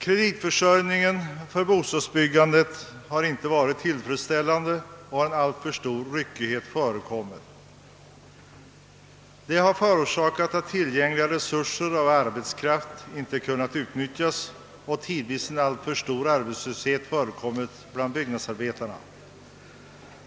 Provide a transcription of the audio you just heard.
Kreditförsörjningen för bostadsbyggandet har ej varit tillfredsställande, och en alltför stor ryckighet har förekommit. Detta har förorsakat att tillgängliga resurser av arbetskraft ej kunnat utnyttjas och tidvis har en alltför stor arbetslöshet förekommit bland byggnadsarbetarna.